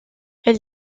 elle